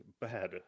bad